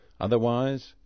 otherwise